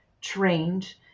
trained